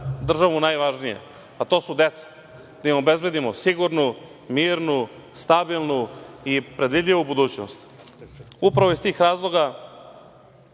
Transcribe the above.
državu najvažnije, a to su deca, da im obezbedimo sigurnu, mirnu, stabilnu i predvidljivu budućnost. Upravo iz tih razloga